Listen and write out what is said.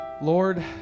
Lord